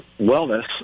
wellness